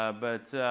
ah but